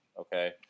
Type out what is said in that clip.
okay